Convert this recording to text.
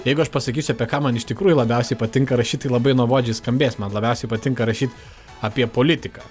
jeigu aš pasakysiu apie ką man iš tikrųjų labiausiai patinka rašyt tai labai nuobodžiai skambės man labiausiai patinka rašyt apie politiką